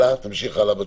תמשיך הלאה בתקנון.